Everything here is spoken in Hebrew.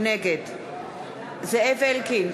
נגד זאב אלקין,